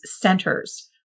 centers